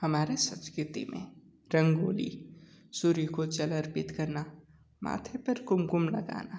हमारे संस्कृति में रंगोली सूर्य को जल अर्पित करना माथे पर कुमकुम लगाना